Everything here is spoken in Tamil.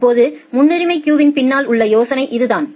இப்போது முன்னுரிமை கியூவின் பின்னால் உள்ள யோசனை இதுதான்